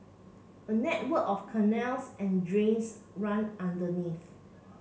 a network of canals and drains run underneath